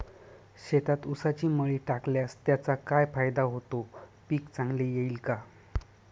शेतात ऊसाची मळी टाकल्यास त्याचा काय फायदा होतो, पीक चांगले येईल का?